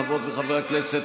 חברות וחברי הכנסת,